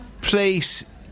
place